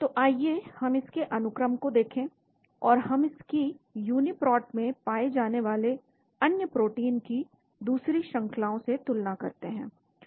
तो आइए हम इसके अनुक्रम को देखें और हम इसकी यूनिप्रोट में पाए जाने वाले अन्य प्रोटीन की दूसरी श्रंखलाओ से तुलना करेंगे